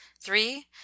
three